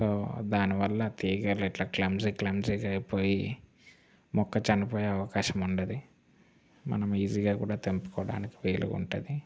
so దానివల్ల తీగలిట్లా clumsy క్లమ్జీగా అయిపోయి మొక్క చనిపోయే అవకాశం ఉండదు మనం ఈజీగా కూడా తెంపుకోవడానికి వీలుగా ఉంటుంది